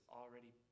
already